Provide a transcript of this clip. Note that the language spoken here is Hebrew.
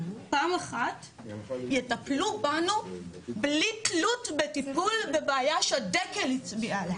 פעם אחת יטפלו בנו בלי תלות בטיפול בבעיה שדקל הצביע עליה,